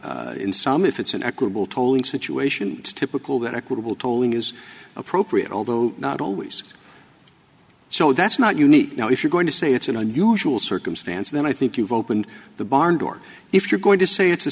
in some if it's an equitable tolling situation typical that equitable tolling is appropriate although not always so that's not unique now if you're going to say it's an unusual circumstance then i think you've opened the barn door if you're going to say it's a